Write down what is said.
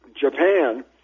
Japan